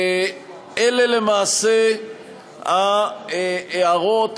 אלה למעשה ההערות,